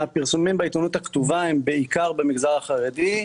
הפרסומים בעיתונות הכתובה הם בעיקר במגזר החרדי,